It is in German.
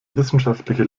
wissenschaftliche